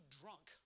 drunk